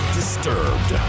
disturbed